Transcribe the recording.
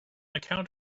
account